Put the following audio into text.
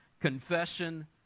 confession